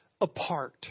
apart